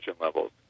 levels